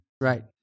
Right